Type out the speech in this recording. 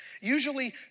Usually